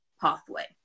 pathway